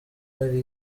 hari